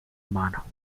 mano